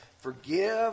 Forgive